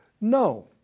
No